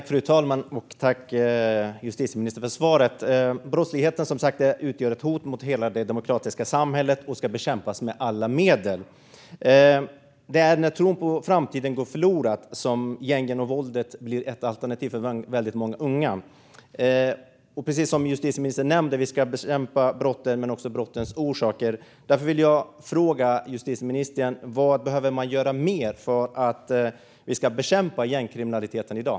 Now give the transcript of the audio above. Fru talman! Tack, justitieministern, för svaret! Brottsligheten utgör ett hot mot hela det demokratiska samhället och ska bekämpas med alla medel. Det är när tron på framtiden går förlorad som gängen och våldet blir ett alternativ för väldigt många unga. Precis som justitieministern nämnde ska vi bekämpa brotten men också brottens orsaker. Därför vill jag fråga justitieministern: Vad behöver man göra mer för att vi ska bekämpa gängkriminalitet i dag?